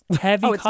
heavy